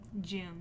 June